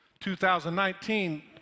2019